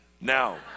now